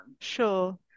Sure